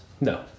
No